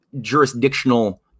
jurisdictional